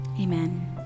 amen